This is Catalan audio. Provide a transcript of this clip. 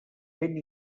vent